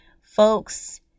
folks